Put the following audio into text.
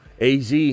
AZ